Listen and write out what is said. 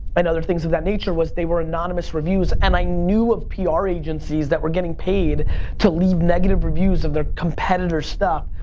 and other things of that nature, was they were anonymous reviews, and i knew of pr agencies that were getting paid to leave negative reviews of their competitors stuff,